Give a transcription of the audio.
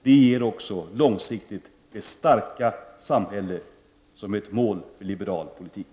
Det ger också på lång sikt det starka samhälle som är målet för en liberal politik.